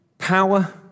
power